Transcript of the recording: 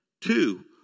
Two